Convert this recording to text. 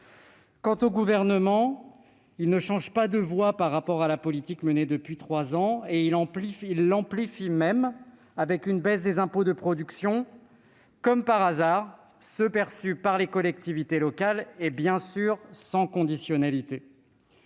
Quant au Gouvernement, il ne change pas de voie par rapport à la politique menée depuis trois ans, qu'il l'amplifie même, avec une baisse des impôts de production- comme par hasard ceux qui étaient perçus par les collectivités locales !-, mais, bien sûr, sans conditionnalité.